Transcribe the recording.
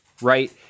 right